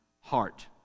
heart